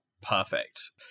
perfect